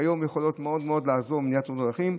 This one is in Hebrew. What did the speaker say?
שהיום יכולות מאוד מאוד לעזור במניעת תאונות דרכים,